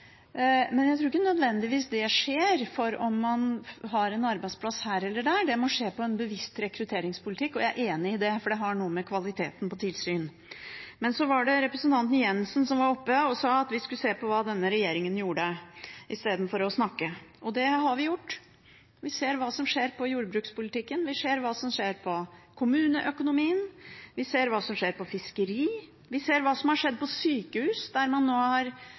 Men jeg tror ikke det nødvendigvis skjer fordi man har en arbeidsplass her eller der, det må skje gjennom en bevisst rekrutteringspolitikk. Jeg er enig i det, for det har noe med kvaliteten på tilsyn å gjøre. Så var representanten Jenssen oppe og sa at vi skulle se på hva denne regjeringen gjorde, istedenfor å snakke – og det har vi gjort. Vi ser hva som skjer med jordbrukspolitikken, vi ser hva som skjer med kommuneøkonomien, vi ser hva som skjer innen fiskeri, vi ser hva som har skjedd innen sykehus, der man nå